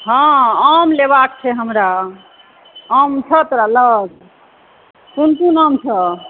हँ आम लेबाक छै हमरा आम छौ तोरा लग कोन कोन आम छौ